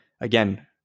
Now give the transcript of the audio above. again